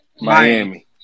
Miami